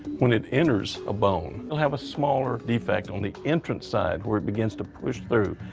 when it enters a bone, it'll have a smaller defect on the entrance side, where it begins to push through.